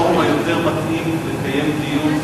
אני חושב שהפורום היותר מתאים לקיים דיון,